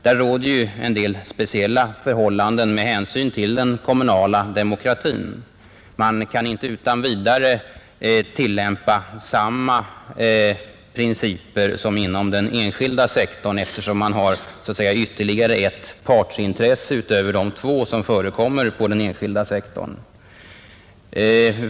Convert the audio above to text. Där råder ju en del speciella förhållanden med hänsyn till den kommunala demokratin. Man kan inte utan vidare tillämpa samma principer som inom den enskilda sektorn, eftersom man har så att säga ytterligare ett partsintresse utöver de två som förekommer på den enskilda sektorn.